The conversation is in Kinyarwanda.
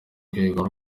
rwego